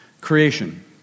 Creation